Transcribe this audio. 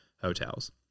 hotels